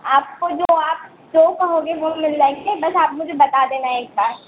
आपको जो आप जो कहोगे वो मिल जाएंगे बस आप मुझे बता देना एक बार